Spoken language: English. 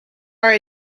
are